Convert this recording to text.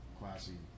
classy